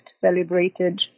celebrated